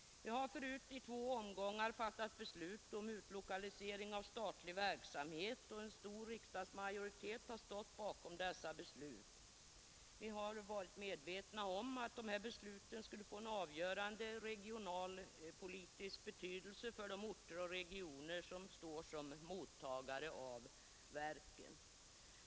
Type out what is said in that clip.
Vi har förut i två omgångar fattat beslut om utlokalisering av statlig verksamhet, och en stor riksdagsmajoritet har stått bakom dessa beslut. Vi har varit medvetna om att besluten skulle få en avgörande regionalpolitisk betydelse för de orter och regioner som är mottagare av verken.